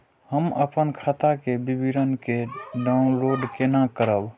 हम अपन खाता के विवरण के डाउनलोड केना करब?